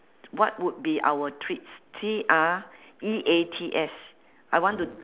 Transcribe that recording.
what would be our treats T R E A T S I want to